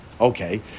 Okay